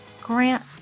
Grant